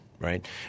right